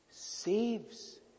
saves